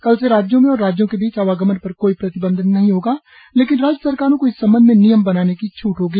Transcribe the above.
कल से राज्यों में और राज्यों के बीच आवागमन पर कोई प्रतिबंध नहीं होगा लेकिन राज्य सरकारों को इस संबंध में नियम बनाने की छूट होगी